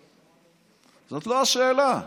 זאת לא השאלה.